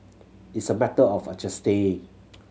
it's a matter of adjusting